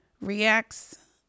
reacts